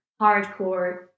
hardcore